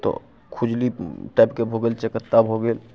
तऽ खुजली टाइपके भऽ गेल चकत्ता भऽ गेल